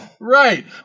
Right